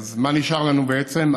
מה נשאר לנו בעצם?